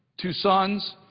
two sons,